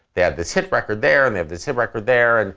they had this hit record there and they had this hit record there. and